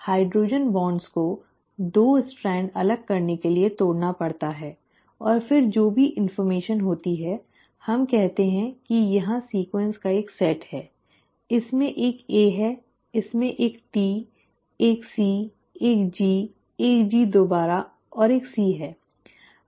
hydrogen bond को 2 strand अलग करने के लिए तोड़ना पड़ता है और फिर जो भी जानकारी होती है हम कहते हैं कि यहां अनुक्रम का एक सेट है इसमें एक A है इसमें एक T एक C एक G एक G दोबारा और एक C है